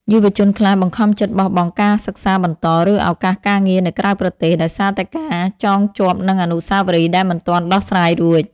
យុវជនខ្លះបង្ខំចិត្តបោះបង់ការសិក្សាបន្ត ឬឱកាសការងារនៅក្រៅប្រទេស ដោយសារតែការចងជាប់នឹងអនុស្សាវរីយ៍ដែលមិនទាន់ដោះស្រាយរួច។